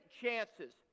chances